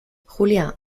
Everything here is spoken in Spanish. julia